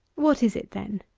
what is it, then?